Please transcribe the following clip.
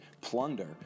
plunder